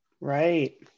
Right